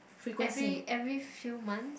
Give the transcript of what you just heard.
every every few month